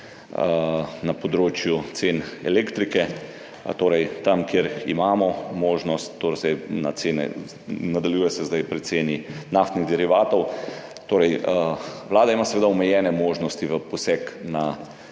na področju cen elektrike, torej tam, kjer imamo možnost, nadaljuje se zdaj pri ceni naftnih derivatov. Vlada ima seveda omejene možnosti za poseg v